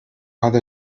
هذا